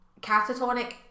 Catatonic